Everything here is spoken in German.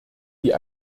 die